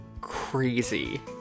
crazy